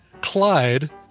Clyde